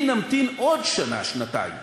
אם נמתין עוד שנה-שנתיים